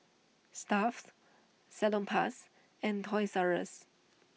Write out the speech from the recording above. Stuff'd Salonpas and Toys R Us